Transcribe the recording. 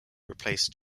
replaced